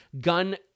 gun